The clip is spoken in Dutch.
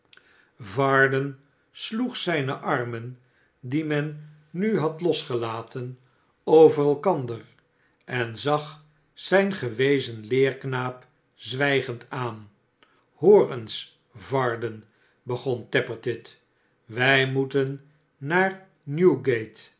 varden sloeg zijne armen die men nu had losgelaten over elkander en zag zijn gewezen leerknaap stilzwijgend aan hoor eens varden begon tappertit wij moeten naarnewgate